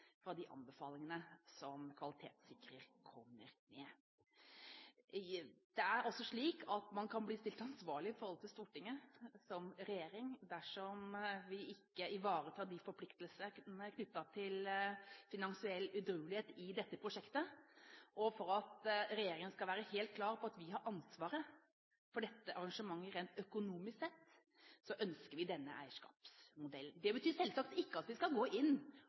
fra de anbefalingene som kvalitetssikrer kommer med. Det er også slik at man som regjering kan bli stilt ansvarlig overfor Stortinget dersom man ikke ivaretar forpliktelsene knyttet til finansiell edruelighet i dette prosjektet. For at regjeringen skal være helt klar på at den har ansvaret for dette arrangementet rent økonomisk sett, ønsker vi denne eierskapsmodellen. Det betyr selvsagt ikke at vi skal gå inn